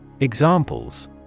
Examples